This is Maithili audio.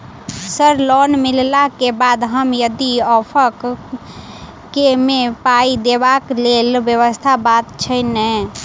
सर लोन मिलला केँ बाद हम यदि ऑफक केँ मे पाई देबाक लैल व्यवस्था बात छैय नै?